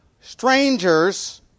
strangers